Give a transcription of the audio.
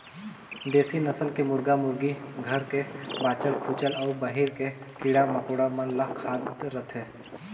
देसी नसल के मुरगा मुरगी घर के बाँचल खूंचल अउ बाहिर के कीरा मकोड़ा मन ल खात रथे